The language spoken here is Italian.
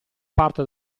parte